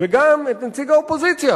וגם את נציג האופוזיציה,